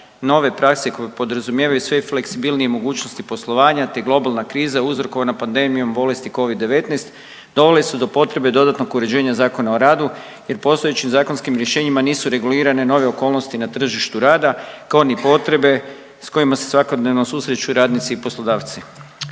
nove prakse koje podrazumijevaju i sve fleksibilnije mogućnosti poslovanja, te globalna kriza uzrokovana pandemijom bolesti covid-19 dovele su do potrebe dodatnog uređenja Zakona o radu jer postojećim zakonskim rješenjima nisu regulirane nove okolnosti na tržištu rada kao ni potrebe sa kojima se svakodnevno susreću radnici i poslodavci.